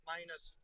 Minus